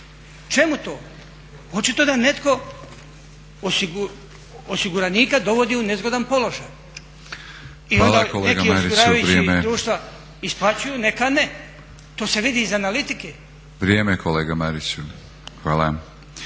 Čemu to? Očito da netko osiguranika dovodi u nezgodan položaj. I onda neki od osiguravajućih društva isplaćuju, neki ne. To se vidi iz analitike. **Batinić, Milorad